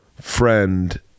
friend